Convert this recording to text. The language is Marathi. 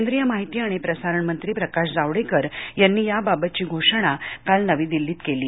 केंद्रीय माहिती आणि प्रसारण मंत्री प्रकाश जावडेकर यांनी याबाबतची घोषणा काल नवी दिल्लीत केली